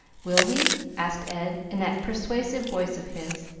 will we? asked ed, in that persuasive voice of his.